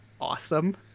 awesome